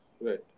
Right